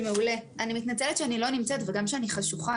אני מתנצלת שאני לא נמצאת וגם שאני חשוכה,